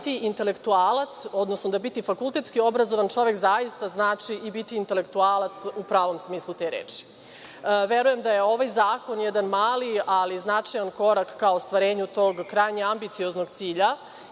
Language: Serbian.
postanu stvar prošlosti i da biti fakultetski obrazovan čovek zaista znači i biti intelektualac u pravom smislu te reči. Verujem da je ovaj zakon jedan mali, ali značajan korak ka ostvarenju tog krajnje ambicioznog cilja